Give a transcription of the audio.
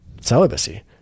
celibacy